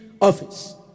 office